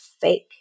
fake